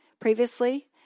Previously